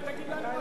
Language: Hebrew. יושב-ראש ועדת,